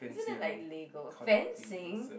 isn't that like lego fencing